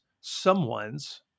someone's